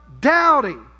doubting